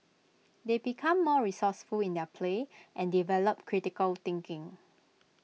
they become more resourceful in their play and develop critical thinking